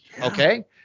Okay